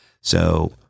So-